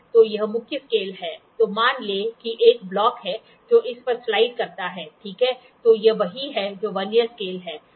तो यह मुख्य स्केल है तो मान लें कि एक ब्लॉक है जो इस पर स्लाइड करता है ठीक तो यह वही है जो वर्नियर स्केल है